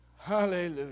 Hallelujah